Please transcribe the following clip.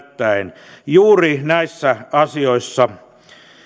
poukkoilua välttäen juuri näissä asioissa